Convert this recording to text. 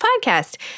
podcast